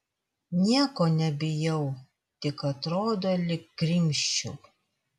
nieko nebijau tik atrodo lyg grimzčiau